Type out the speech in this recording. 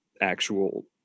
actual